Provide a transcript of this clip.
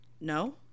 no